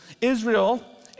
Israel